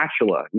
spatula